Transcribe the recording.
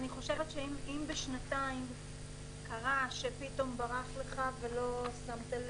אני חושבת שאם בשנתיים קרה שברח לך ולא שמת לב זה קורה.